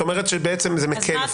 את אומרת שבעצם זה אפילו מקל.